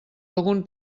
algun